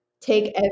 take